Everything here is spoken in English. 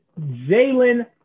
Jalen